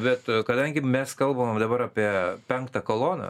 bet kadangi mes kalbam dabar apie penktą koloną